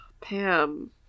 pam